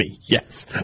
yes